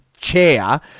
chair